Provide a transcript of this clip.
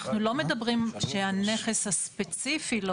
אנחנו לא מדברים על כך שהנכס הספציפי לא